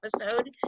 episode